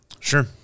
Sure